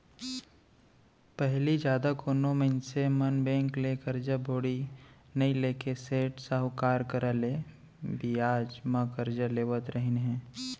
पहिली जादा कोनो मनसे मन बेंक ले करजा बोड़ी नइ लेके सेठ साहूकार करा ले बियाज म करजा लेवत रहिन हें